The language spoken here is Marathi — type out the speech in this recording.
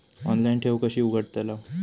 ऑनलाइन ठेव कशी उघडतलाव?